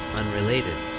unrelated